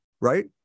right